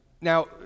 Now